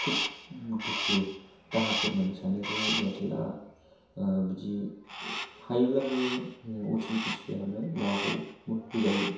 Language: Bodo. खोब दुखु दाहा फोरमायनो सानो जे एयारटेला बिदि हायोब्ला बियो अटिपि थटिपि हाबनाय माबाखौ होजायो